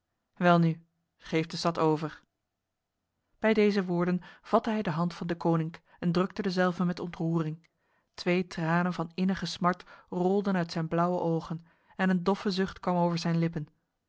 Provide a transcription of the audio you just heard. welnu geef de stad over bij deze woorden vatte hij de hand van deconinck en drukte dezelve met ontroering twee tranen van innige smart rolden uit zijn blauwe ogen en een doffe zucht kwam over zijn lippen